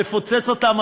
לפוצץ אותם,